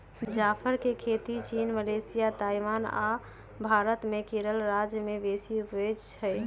जाफर के खेती चीन, मलेशिया, ताइवान आ भारत मे केरल राज्य में बेशी उपजै छइ